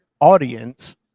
audience